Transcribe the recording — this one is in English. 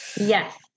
Yes